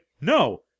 no